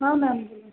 हा मॅम